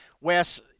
Wes